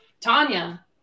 Tanya